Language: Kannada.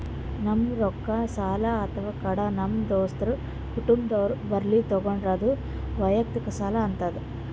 ನಾವ್ ರೊಕ್ಕ ಸಾಲ ಅಥವಾ ಕಡ ನಮ್ ದೋಸ್ತರು ಕುಟುಂಬದವ್ರು ಬಲ್ಲಿ ತಗೊಂಡ್ರ ಅದು ವಯಕ್ತಿಕ್ ಸಾಲ ಆತದ್